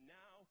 now